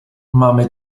mamy